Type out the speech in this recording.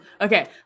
Okay